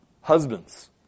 husbands